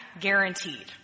guaranteed